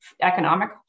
economic